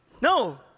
No